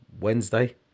Wednesday